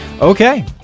Okay